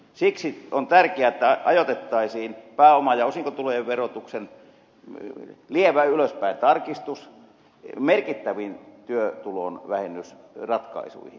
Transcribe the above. siksi on tärkeää että ajoitettaisiin pääoma ja osinkotulojen verotuksen lievä tarkistus ylöspäin merkittäviin työtulovähennysratkaisuihin